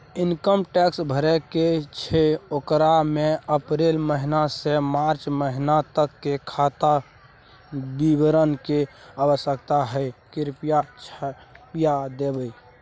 Income tax भरय के छै ओकरा में अप्रैल महिना से मार्च महिना तक के खाता विवरण के आवश्यकता हय कृप्या छाय्प देबै?